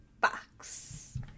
box